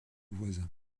voisins